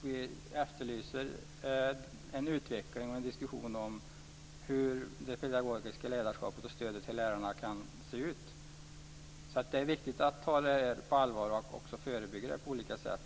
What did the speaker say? Vi efterlyser en diskussion om hur det pedagogiska ledarskapet och stödet till lärarna kan se ut. Det är viktigt att ta situationen på allvar och att förebygga den på olika sätt.